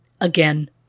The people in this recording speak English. Again